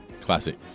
classic